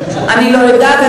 אני לא יודעת,